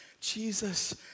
Jesus